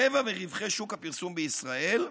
רבע מרווחי שוק הפרסום בישראל,